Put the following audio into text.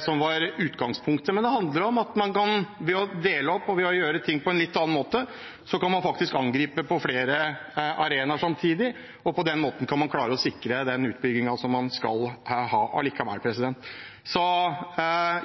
som var utgangspunktet. Det handler om at man ved å dele opp og ved å gjøre ting på en litt annen måte kan angripe på flere arenaer samtidig, og på den måten kan man klare å sikre den utbyggingen som man skal ha allikevel. Så